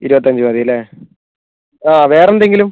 ഇരുപത്തി അഞ്ച് മതി അല്ലെ ആ വേറെ എന്തെങ്കിലും